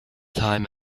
time